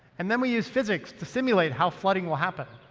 and then we use physics to simulate how flooding will happen.